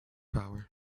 power